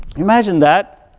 imagine that.